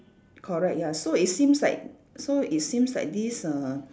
correct ya so it seems like so it seems like this uh